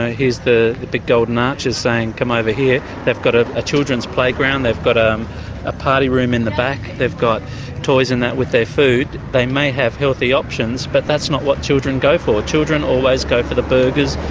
here's the big golden arches saying, come over here. they've got a a children's playground, they've got but um a party room in the back, they've got toys and that with their food. they may have healthy options, but that's not what children go for children always go for the burgers,